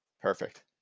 Perfect